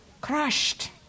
Crushed